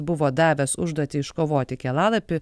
buvo davęs užduotį iškovoti kelialapį